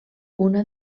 una